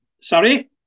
Sorry